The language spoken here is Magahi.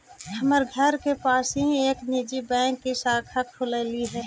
हमर घर के पास ही एक निजी बैंक की शाखा खुललई हे